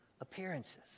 appearances